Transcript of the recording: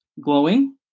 glowing